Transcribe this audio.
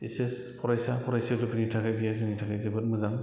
H S फरायसा फरायसुलिफोरनि थाखाय बेयो जोंनि थाखाय जोबोद मोजां